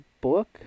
book